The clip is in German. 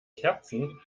kerzen